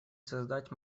создать